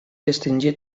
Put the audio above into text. distingir